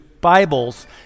Bibles